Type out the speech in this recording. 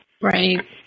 Right